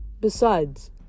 Besides